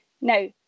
Now